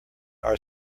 our